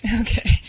Okay